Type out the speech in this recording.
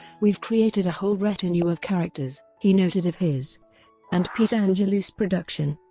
we've created a whole retinue of characters, he noted of his and pete angelus's production.